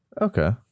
Okay